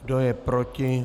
Kdo je proti?